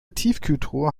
tiefkühltruhe